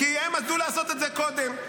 כי הם ידעו לעשות את זה קודם.